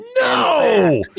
No